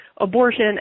abortion